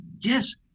yes